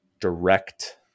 direct